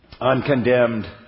uncondemned